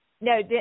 no